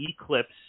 eclipse